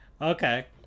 Okay